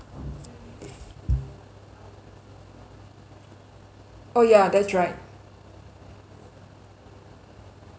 oh ya that's right